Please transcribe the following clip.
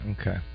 Okay